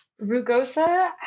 Rugosa